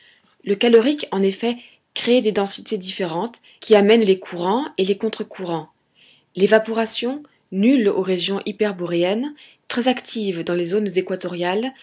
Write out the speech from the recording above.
le calorique en effet crée des densités différentes qui amènent les courants et les contre courants l'évaporation nulle aux régions hyperboréennes très active dans les zones équatoriales